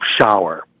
shower